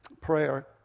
prayer